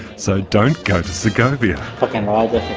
so, don't go to segovia! well